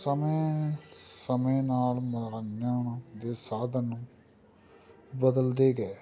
ਸਮੇਂ ਸਮੇਂ ਨਾਲ ਮਨੋਰੰਜਨ ਦੇ ਸਾਧਨ ਬਦਲਦੇ ਗਏ